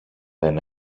δεν